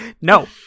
No